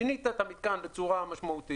שינית את המתקן בצורה משמעותית,